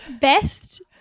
Best